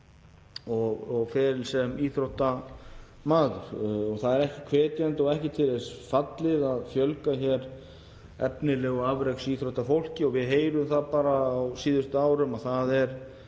og feril sem íþróttamaður. Það er ekki hvetjandi og ekki til þess fallið að fjölga hér efnilegu afreksíþróttafólki. Við heyrum það bara á síðustu árum að það er